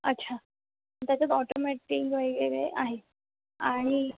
अच्छा त्याच्यात ऑटोमॅटिक वगैरे आहे आणि